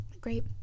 great